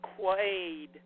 Quaid